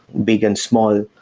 big and small.